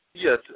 Yes